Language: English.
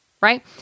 right